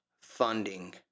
funding